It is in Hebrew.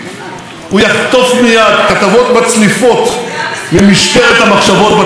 הוא יחטוף מייד כתבות מצליפות ממשטרת המחשבות בתקשורת.